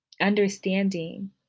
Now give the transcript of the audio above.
Understanding